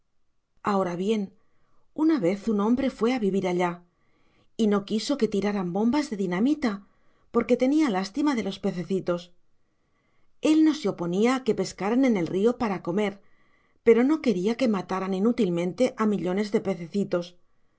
ahora bien una vez un hombre fue a vivir allá y no quiso que tiraran bombas de dinamita porque tenía lastima de los pececitos él no se oponía a que pescaran en el río para comer pero no quería que mataran inútilmente a millones de pececitos